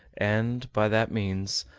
and, by that means,